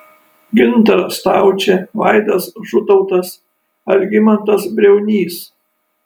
gintaras staučė vaidas žutautas algimantas briaunys